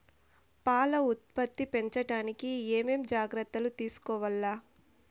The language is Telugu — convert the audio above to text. పాల ఉత్పత్తి పెంచడానికి ఏమేం జాగ్రత్తలు తీసుకోవల్ల?